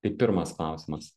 tai pirmas klausimas